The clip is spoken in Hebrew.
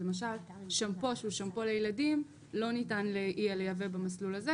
למשל שמפו שהוא שמפו לילדים לא ניתן יהיה לייבא במסלול הזה,